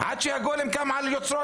עד שהגולם קם על יוצרו,